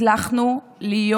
הצלחנו להיות